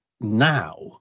now